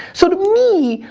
so to me,